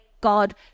God